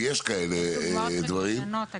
ויש כאלה דברים.